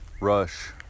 Rush